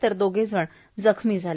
तर दोघे जण जखमी झाले